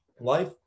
life